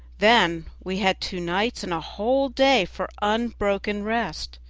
then we had two nights and a whole day for unbroken rest,